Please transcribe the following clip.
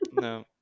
No